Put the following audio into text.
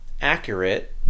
accurate